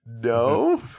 no